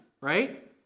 right